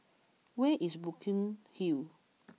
where is Burkill Hall